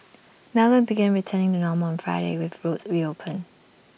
melbourne began returning to normal on Friday with roads reopened